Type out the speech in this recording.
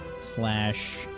slash